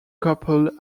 couple